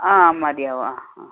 ആ മതിയാവും ആ